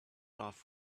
off